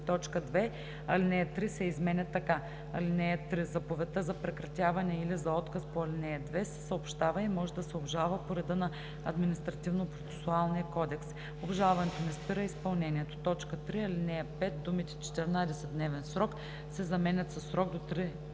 лице“. 2. Алинея 3 се изменя така: „(3) Заповедта за прекратяване или за отказ по ал. 2 се съобщава и може да се обжалва по реда на Административнопроцесуалния кодекс. Обжалването не спира изпълнението.“ 3. В ал. 5 думите „14-дневен срок“ се заменят със „срок до 30 работни